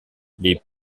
les